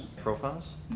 programs